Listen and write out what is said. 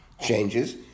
changes